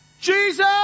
Jesus